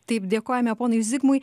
taip dėkojame ponui zigmui